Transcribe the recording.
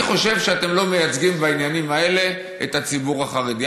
אני חושב שאתם לא מייצגים בעניינים האלה את הציבור החרדי.